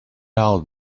out